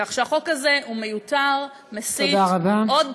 כך שהחוק הזה הוא מיותר, מסית, תודה רבה.